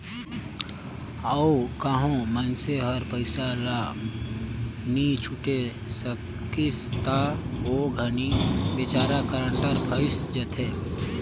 अउ कहों मइनसे हर पइसा ल नी छुटे सकिस ता ओ घनी बिचारा गारंटर फंइस जाथे